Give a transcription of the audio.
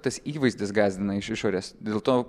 tas įvaizdis gąsdina iš išorės dėl to